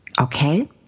Okay